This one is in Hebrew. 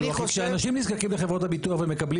כי כשאנשים נזקקים לחברות הביטוח ומקבלים